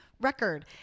record